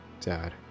Dad